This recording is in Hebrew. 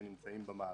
שנמצאים במערכת,